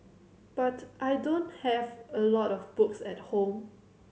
but I don't have a lot of books at home